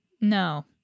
No